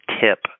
tip